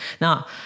Now